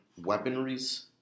weaponries